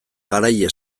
garaile